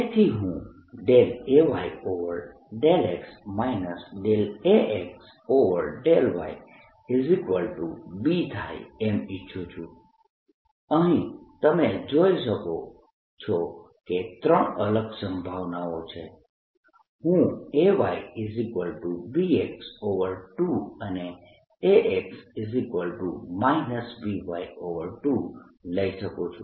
તેથી હું Ay∂x Ax∂yB થાય એમ ઇચ્છું છું અહીં તમે જોઈ શકો છો કે ત્રણ અલગ સંભાવનાઓ છે હું AyBx2 અને Ax By2 લઇ શકું છું